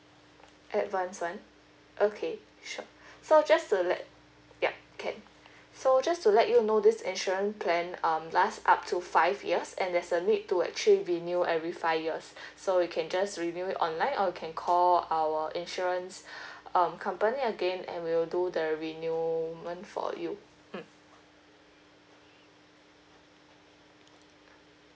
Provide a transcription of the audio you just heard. advanced [one] okay sure so just to let yup can so just to let you know this insurance plan um last up to five years and there's a need to actually renew every five years so you can just review it online or you can call our insurance um company again and we'll do the renewment for you mm